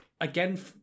again